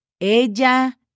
ella